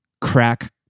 crack